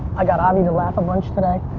i got avi to laugh a bunch today.